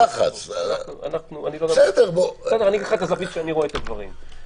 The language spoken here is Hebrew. אני אומר לך את הזווית שאני רואה את הדברים.